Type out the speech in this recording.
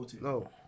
No